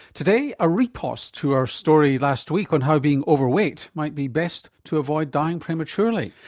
today, a riposte to our story last week on how being overweight might be best to avoid dying prematurely.